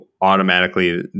automatically